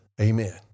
Amen